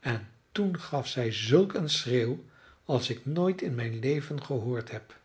en toen gaf zij zulk een schreeuw als ik nooit in mijn leven gehoord heb